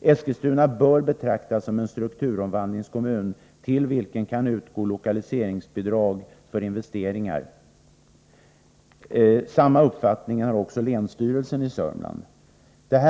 Eskilstuna bör betraktas som en strukturomvandlingskommun till vilken kan utgå lokaliseringsbidrag för investeringar i näringslivet. Samma uppfattning har också länsstyrelsen i Sörmlands län.